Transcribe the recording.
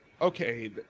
okay